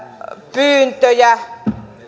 pyyntöjä